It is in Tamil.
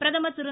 பிரதமர் திரு